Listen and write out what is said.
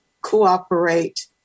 cooperate